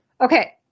okay